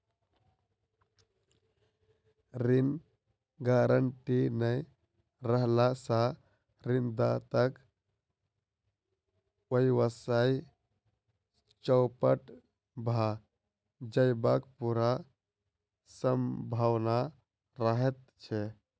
ऋण गारंटी नै रहला सॅ ऋणदाताक व्यवसाय चौपट भ जयबाक पूरा सम्भावना रहैत छै